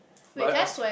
but I've